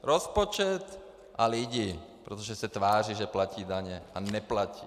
Rozpočet a lidi, protože se tváří, že platí daně, a neplatí.